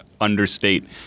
understate